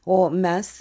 o mes